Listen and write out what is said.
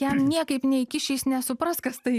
jam niekaip neįkiši jis nesupras kas tai